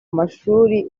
mashuri